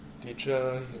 teacher